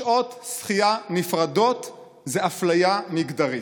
שעות שחייה נפרדות זה אפליה מגדרית.